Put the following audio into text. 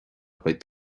beidh